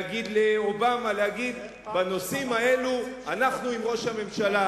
לאובמה: בנושאים האלה אנחנו עם ראש הממשלה,